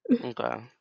Okay